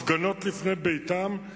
נערכות הפגנות לפני ביתם.